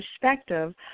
perspective